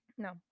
No